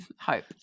hope